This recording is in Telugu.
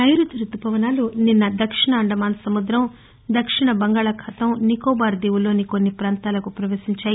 నైరుతి రుతుపవనాలు నిన్న దక్షిణ అండమాన్ సముద్రం దక్షిణ బంగాళాఖాతం నికోబార్ దీవుల్లోని కొన్ని ప్రాంతాలకు ప్రవేశించాయి